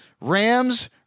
Rams